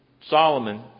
Solomon